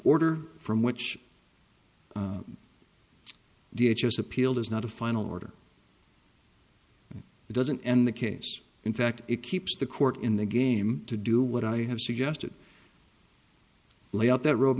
order from which d h has appealed is not a final order doesn't end the case in fact it keeps the court in the game to do what i have suggested lay out that road